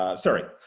um sorry,